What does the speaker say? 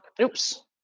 Oops